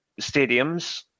stadiums